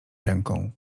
ręką